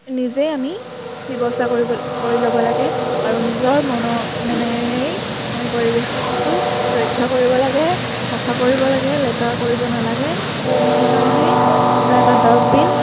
নিজেই আমি ব্যৱস্থা কৰিব কৰি ল'ব লাগে আৰু নিজৰ মনৰ মনেৰেই আমি পৰিৱেশটো ৰক্ষা কৰিব লাগে চাফা কৰিব লাগে লেতেৰা কৰিব নালাগে আমি সেইকাৰণে এটা এটা ডাষ্টবিন